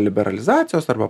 liberalizacijos arba